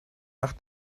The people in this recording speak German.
nach